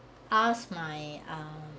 ask my err